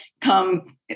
come